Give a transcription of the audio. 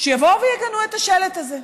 שיבואו ויגנו את השלט הזה.